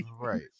Right